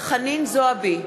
חנין זועבי,